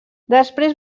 després